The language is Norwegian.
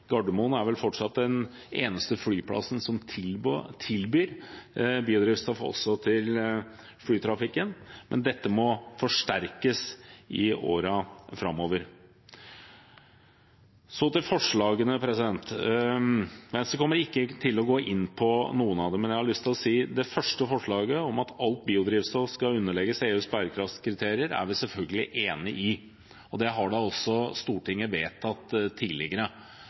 Gardermoen er vel fortsatt den eneste flyplassen som tilbyr biodrivstoff til flytrafikken – men dette må forsterkes i årene framover. Så til forslagene. Venstre kommer ikke til å gå inn for noen av dem, men jeg har lyst til å si at det første forslaget, at alt biodrivstoff skal underlegges EUs bærekraftskriterier, er vi selvfølgelig enig i. Det har også Stortinget vedtatt tidligere.